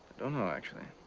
don't know actually.